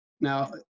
now